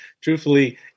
truthfully